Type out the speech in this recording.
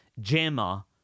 JAMA